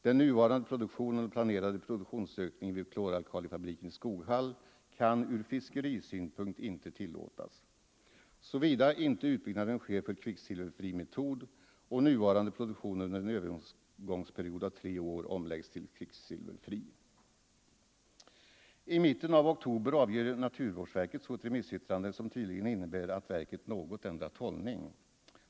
Den nuvarande produktionen och planerade produktionsökningen vid klor-alkalifabriken i Skoghall kan ur fiskerisynpunkt inte tillåtas, såvida inte utbyggnaden sker för kvicksilverfri metod och nuvarande produktion under en övergångsperiod av tre år omläggs till kvicksilverfri. I mitten av oktober avger naturvårdsverket ett remissyttrande, som tydligen innebär att verket något ändrat hållning.